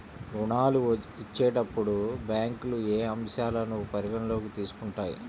ఋణాలు ఇచ్చేటప్పుడు బ్యాంకులు ఏ అంశాలను పరిగణలోకి తీసుకుంటాయి?